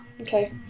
Okay